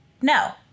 No